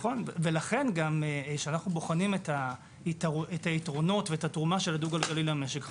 לכן כשאנו בוחנים את היתרונות ואת התרומה של הדו גלגלי למשק,